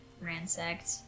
ransacked